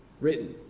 written